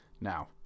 Now